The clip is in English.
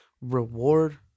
Reward